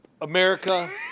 America